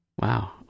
Wow